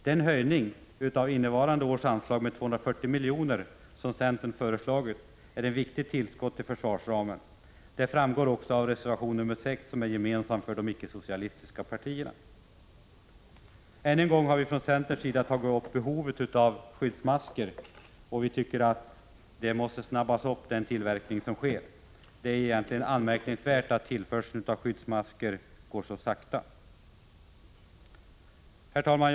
Den höjning av innevarande års anslag med 240 miljoner som centern föreslår är ett viktigt tillskott till försvarsramen. Det framgår också av reservation nr 6, som är gemensam för de icke-socialistiska partierna. 3 Ännu en gång har vi från centerns sida tagit upp behovet av skyddsmasker; vi anser att den tillverkning som sker måste påskyndas. Det är anmärkningsvärt att tillförseln av skyddsmasker går så långsamt. Herr talman!